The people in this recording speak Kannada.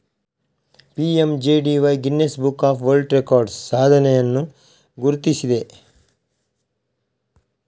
PMJDY Guinness book of world records ಸಾಧನೆಯನ್ನು ಗುರುತಿಸಿದೆ